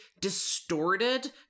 distorted